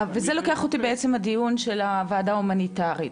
וזה לוקח אותי בעצם לדיון של הוועדה ההומניטרית.